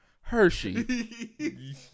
Hershey